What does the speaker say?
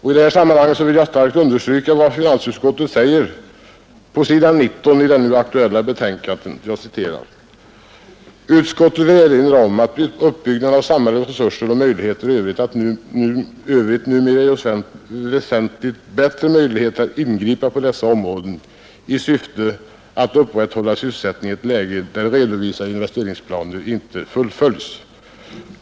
I detta sammanhang vill jag starkt understryka vad finansutskottet säger på s. 19 i det nu aktuella betänkandet: ”Utskottet vill erinra om att utbyggnaden av samhällets resurser och möjligheter i övrigt numera ger oss väsentligt bättre möjligheter att ingripa på dessa områden i syfte att upprätthålla sysselsättningen i ett läge där redovisade investeringsplaner inte fullföljs.